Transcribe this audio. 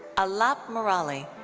alaap murali.